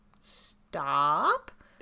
stop